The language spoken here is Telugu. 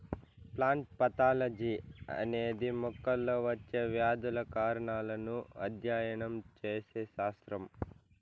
ప్లాంట్ పాథాలజీ అనేది మొక్కల్లో వచ్చే వ్యాధుల కారణాలను అధ్యయనం చేసే శాస్త్రం